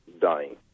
dying